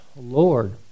Lord